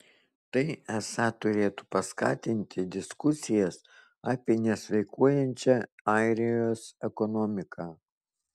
tai esą turėtų paskatinti diskusijas apie nesveikuojančią airijos ekonomiką